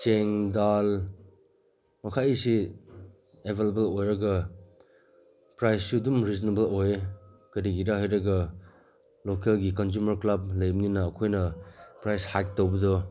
ꯆꯦꯡ ꯗꯥꯜ ꯃꯈꯩꯁꯦ ꯑꯦꯕꯥꯏꯂꯦꯕꯜ ꯑꯣꯏꯔꯒ ꯄ꯭ꯔꯥꯏꯁꯨ ꯑꯗꯨꯝ ꯔꯤꯖꯅꯦꯕꯜ ꯑꯣꯏꯌꯦ ꯀꯔꯤꯒꯤꯔ ꯍꯥꯏꯔꯒ ꯂꯣꯀꯦꯜꯒꯤ ꯀꯟꯖꯨꯃꯔ ꯀ꯭ꯂꯕ ꯂꯩꯕꯅꯤꯅ ꯑꯩꯈꯣꯏꯅ ꯄ꯭ꯔꯥꯏꯁ ꯍꯥꯏꯛ ꯇꯧꯕꯗꯣ